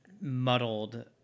muddled